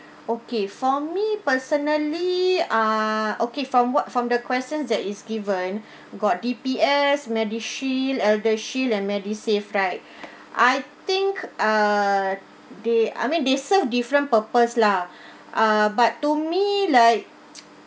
okay for me personally ah okay from what from the questions that is given got D_P_S medishield eldershield and medisave right I think uh they I mean they serve different purpose lah ah but to me like